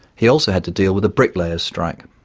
he also had to deal with a bricklayers' strike.